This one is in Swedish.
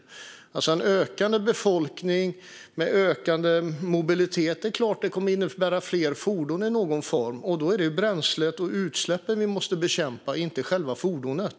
Det är klart att en ökande befolkning med ökande mobilitet kommer att innebära fler fordon i någon form, men då är det bränslet och utsläppen vi måste bekämpa, inte själva fordonet.